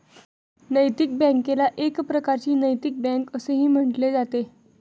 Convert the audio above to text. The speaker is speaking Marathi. नैतिक बँकेला एक प्रकारची नैतिक बँक असेही म्हटले जाते